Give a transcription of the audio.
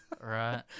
Right